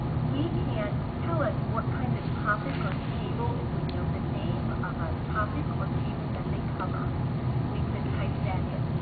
we can tell it what kind of topic or table, if we know the name of a topic or table that they cover we could type that in.